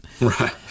Right